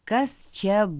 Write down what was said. kas čia